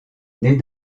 née